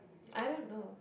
I don't know